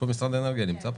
משרד האנרגיה נמצא פה?